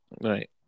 Right